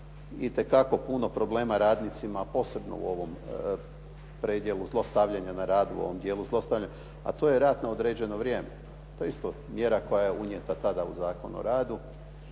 itekako puno problema radnicima, posebno u ovom predjelu zlostavljanja na radu u ovom dijelu zlostavljanja, a to je radno određeno vrijeme. To je isto mjera koja je unijeta tada u Zakon o radu